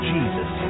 Jesus